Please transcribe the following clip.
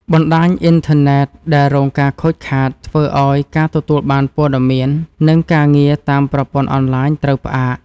បណ្តាញអ៊ីនធឺណិតដែលរងការខូចខាតធ្វើឱ្យការទទួលបានព័ត៌មាន និងការងារតាមប្រព័ន្ធអនឡាញត្រូវផ្អាក។